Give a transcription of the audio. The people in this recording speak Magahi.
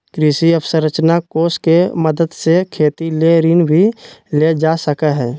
कृषि अवसरंचना कोष के मदद से खेती ले ऋण भी लेल जा सकय हय